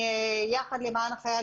מ"יחד למען החייל".